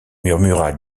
murmura